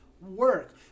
work